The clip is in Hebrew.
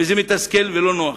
זה מתסכל ולא נוח.